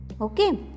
Okay